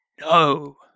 no